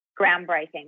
groundbreaking